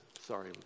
Sorry